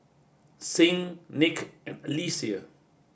Sing Nick and Alexia